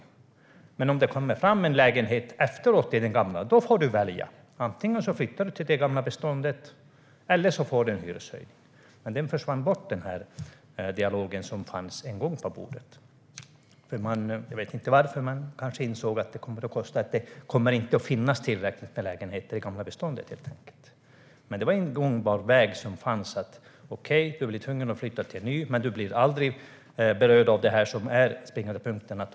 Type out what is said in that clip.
Om det efteråt kommer fram en lägenhet i det gamla beståndet får man välja: Antingen flyttar man till det gamla beståndet eller också får man en hyreshöjning. Men det försvann i den dialog som fanns en gång. Jag vet inte varför. Man kanske insåg att det kommer att kosta och att det helt enkelt inte kommer att finnas tillräckligt med lägenheter i det gamla beståndet. Men det var en gångbar väg som fanns: Okej, du blir tvungen att flytta till en ny lägenhet, men du blir aldrig berörd av det som är den springande punkten.